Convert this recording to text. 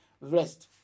rest